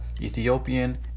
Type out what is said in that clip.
Ethiopian